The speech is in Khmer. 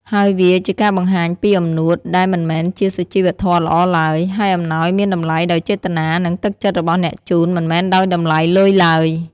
ហើយវាជាការបង្ហាញពីអំនួត ដែលមិនមែនជាសុជីវធម៌ល្អឡើយ ហើយអំណោយមានតម្លៃដោយចេតនា និងទឹកចិត្តរបស់អ្នកជូន មិនមែនដោយតម្លៃលុយឡើយ។